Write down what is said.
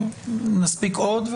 נספיק עוד,